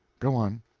go on.